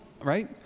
right